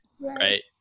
Right